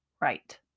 right